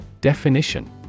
Definition